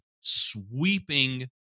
sweeping